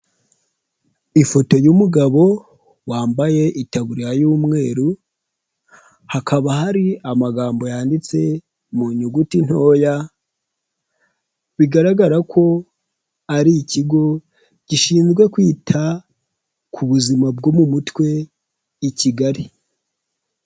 Ifoto y'umugabo wambaye itanburiya y'umweru, hakaba hari amagambo yanditse mu nyuguti ntoya, bigaragara ko ari ikigo gishinzwe kwita ku buzima bwo mu mutwe i Kigali.